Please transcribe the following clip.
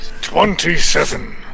Twenty-seven